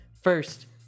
first